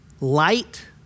light